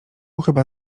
chyba